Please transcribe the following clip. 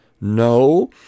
No